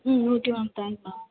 okay ma'am thanks ma'am